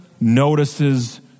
notices